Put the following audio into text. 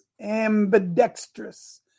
ambidextrous